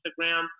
Instagram